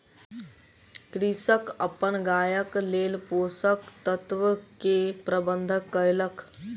कृषक अपन गायक लेल पोषक तत्व के प्रबंध कयलक